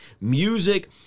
music